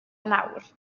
nawr